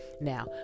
now